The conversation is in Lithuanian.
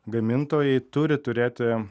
gamintojai turi turėti